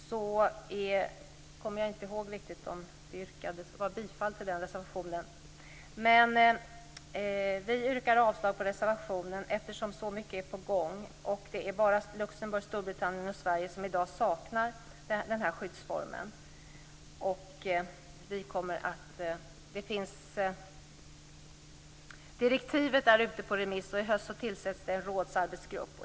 Jag kommer inte riktigt ihåg om det yrkades bifall till den reservationen. Men vi yrkar avslag på reservationen, eftersom så mycket är på gång. Det är bara Luxemburg, Storbritannien och Sverige som i dag saknar den här skyddsformen. Direktivet är ute på remiss, och i höst tillsätts en rådsarbetsgrupp.